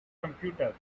computer